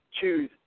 Choose